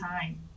time